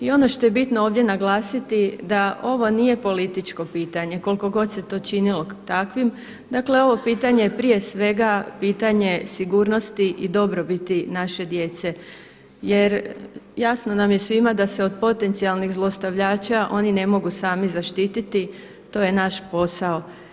I ono što je bitno ovdje naglasiti da ovo nije političko pitanje koliko god se to činilo takvim, dakle ovo pitanje je prije svega pitanje sigurnosti i dobrobiti naše djece jer jasno nam je svima da se od potencijalnih zlostavljača oni ne mogu sami zaštiti, to je naš posao.